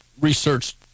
researched